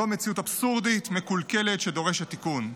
זו מציאות אבסורדית, מקולקלת שדורשת תיקון.